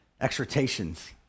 exhortations